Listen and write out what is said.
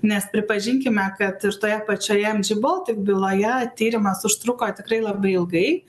nes pripažinkime kad ir toje pačioje boltik byloje tyrimas užtruko tikrai labai ilgai